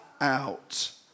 out